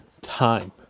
time